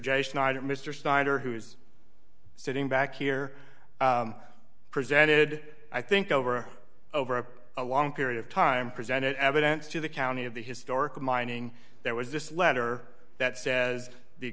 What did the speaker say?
schneider mr snyder who's sitting back here presented i think over over a long period of time presented evidence to the county of the historic mining there was this letter that says the